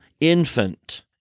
infant